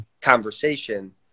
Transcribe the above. conversation